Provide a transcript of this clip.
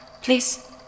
please